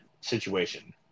situation